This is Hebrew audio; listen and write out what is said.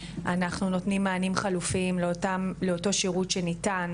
אנחנו נותנים מענים חלופיים לאותו שירות שניתן